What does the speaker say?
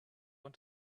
want